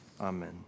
Amen